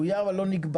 הוא יהיה אבל לא נקבע.